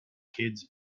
kids